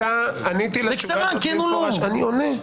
אני עונה.